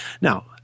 Now